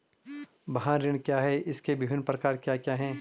वाहन ऋण क्या है इसके विभिन्न प्रकार क्या क्या हैं?